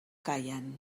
callen